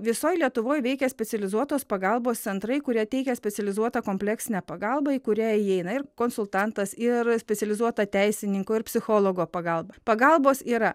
visoj lietuvoj veikia specializuotos pagalbos centrai kurie teikia specializuotą kompleksinę pagalbą į kurią įeina ir konsultantas ir specializuota teisininko ir psichologo pagalba pagalbos yra